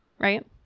right